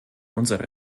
unsere